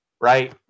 right